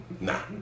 Nah